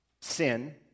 Sin